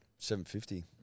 750